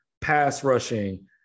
pass-rushing